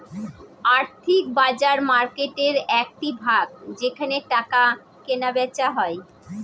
আর্থিক বাজার মার্কেটের একটি ভাগ যেখানে টাকা কেনা বেচা হয়